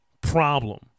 problem